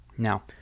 Now